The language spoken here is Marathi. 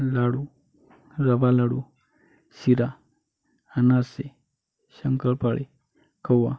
लाडू रवा लाडू शिरा अनाारसे शंकरपाळी खवा